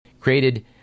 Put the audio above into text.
created